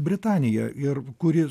britanija ir kuri